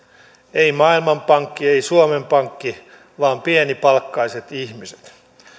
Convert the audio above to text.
ei maailmanpankki ei suomen pankki vaan pienipalkkaiset ihmiset